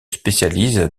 spécialise